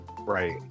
Right